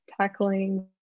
tackling